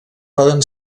poden